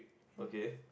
okay